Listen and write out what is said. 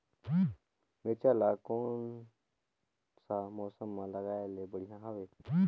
मिरचा ला कोन सा मौसम मां लगाय ले बढ़िया हवे